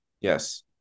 Yes